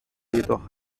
jedoch